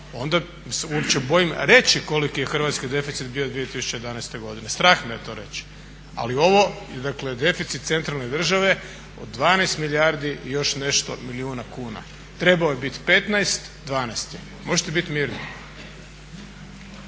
uopće bojim reći koliki je hrvatski deficit bio 2011. godine, strah me je to reći, ali ovo je dakle deficit centralne države od 12 milijardi i još nešto milijuna kuna. Trebao je biti 15, 12 je, možete biti mirni.